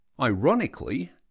Ironically